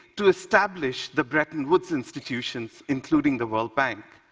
to establish the bretton woods institutions, including the world bank.